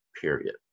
period